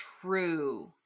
true